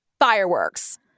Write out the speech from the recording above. fireworks